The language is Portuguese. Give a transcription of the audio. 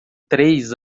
três